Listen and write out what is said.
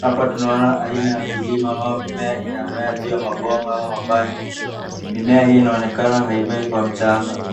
Hapa tunaona aina ya kulima ama mimea inamea juu ya mabomba au mabati. Mimea hii inaonekana haimei kwa mchanga.